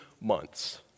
months